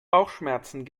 bauchschmerzen